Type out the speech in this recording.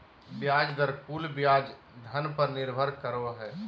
ब्याज दर कुल ब्याज धन पर निर्भर करो हइ